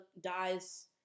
dies